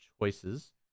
Choices